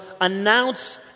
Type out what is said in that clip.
announce